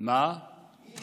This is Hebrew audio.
זה